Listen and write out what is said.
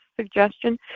suggestion